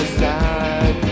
side